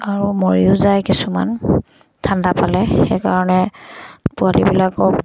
আৰু মৰিও যায় কিছুমান ঠাণ্ডা পালে সেইকাৰণে পোৱালীবিলাকক